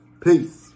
Peace